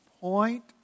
Point